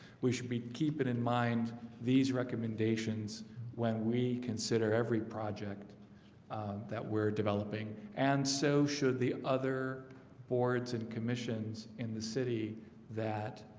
we should be keep it in mind these recommendations when we consider every project that we're developing and so should the other boards and commissions in the city that